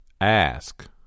Ask